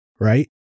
right